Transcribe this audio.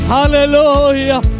Hallelujah